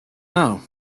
know